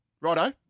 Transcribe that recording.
Righto